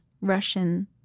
Russian